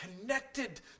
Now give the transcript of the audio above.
connected